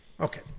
Okay